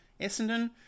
Essendon